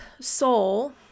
soul